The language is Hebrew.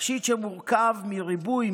תכשיט שמורכב מריבוי,